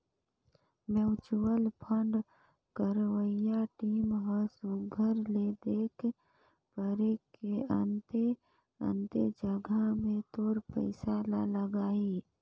mutual fund करवइया team ह सुग्घर ले देख परेख के अन्ते अन्ते जगहा में तोर पइसा ल लगाहीं